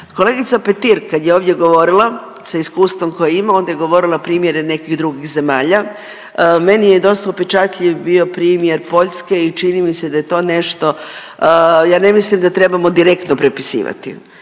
Kolegica Petir kad je ovdje govorila sa iskustvom koje ima onda je govorila primjere nekih drugih zemalja. Meni je dosta upečatljiv bio primjer Poljske i čini mi da je to nešto, ja ne mislim da trebamo direktno prepisivati